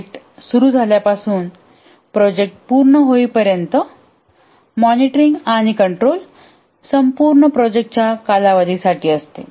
project सुरू झाल्यापासून project पूर्ण होईपर्यंत मॉनिटरिंग आणि कंट्रोल संपूर्ण प्रोजेक्टाच्या कालावधी साठी असते